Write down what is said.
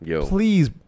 Please